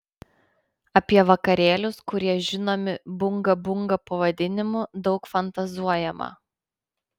apie vakarėlius kurie žinomi bunga bunga pavadinimu daug fantazuojama